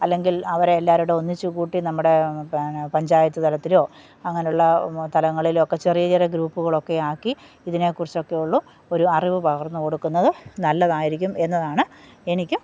അല്ലെങ്കിൽ അവരെ എല്ലാവരുടെയും ഒന്നിച്ചുകൂട്ടി നമ്മുടെ പിന്നെ പഞ്ചായത്ത് തലത്തിലോ അങ്ങനെയുള്ള തലങ്ങളിലൊക്കെ ചെറിയ ചെറിയ ഗ്രൂപ്പുകളൊക്കെയാക്കി ഇതിനെക്കുറിച്ചൊക്കെയുള്ളു ഒരു അറിവ് പകർന്നുകൊടുക്കുന്നത് നല്ലതായിരിക്കും എന്നതാണ് എനിക്ക്